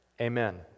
amen